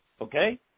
Okay